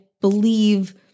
believe